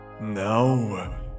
Now